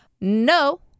no